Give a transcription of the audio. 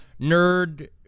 nerd